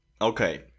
Okay